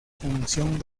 función